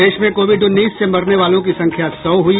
प्रदेश में कोविड उन्नीस से मरने वालों की संख्या सौ हुई